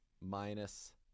minus